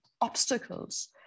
obstacles